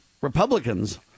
Republicans